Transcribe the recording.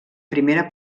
primera